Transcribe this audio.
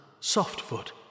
Softfoot